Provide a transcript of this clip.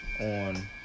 on